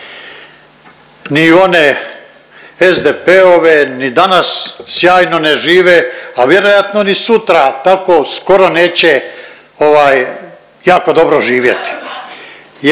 ni one SDP-ove ni danas sjajno ne žive, a vjerojatno ni sutra tako skoro neće ovaj jako dobro živjeti